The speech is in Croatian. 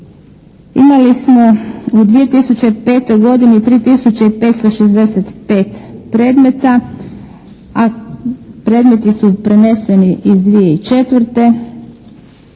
Imali smo u 2005. godini 3565 predmeta, a predmeti su preneseni iz 2004. Analiza